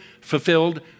fulfilled